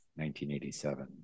1987